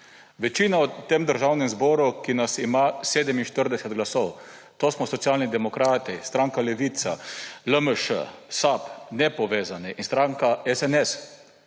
Večina v tem državnem zboru, ki nas ima 47 glasov, to smo Socialni demokrati, stranka Levica, LMŠ, SAB, nepovezani in stranka SNS,